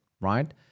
right